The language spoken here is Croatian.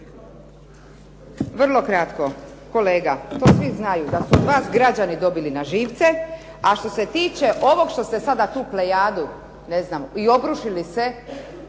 Vrlo kratko. Kolega, to svi znaju da su od vas građani dobili na živce, a što se tiče ovog što ste sada tu plejadu i obrušili se